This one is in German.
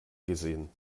gesehen